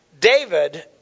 David